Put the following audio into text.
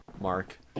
Mark